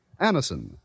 Anison